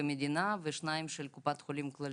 רופאי המדינה ושניים של קופת חולים כללית.